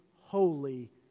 holy